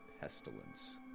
pestilence